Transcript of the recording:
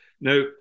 Now